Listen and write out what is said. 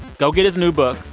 go get his new book.